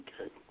okay